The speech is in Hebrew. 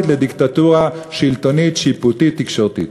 לדיקטטורה שלטונית שיפוטית תקשורתית.